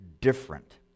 different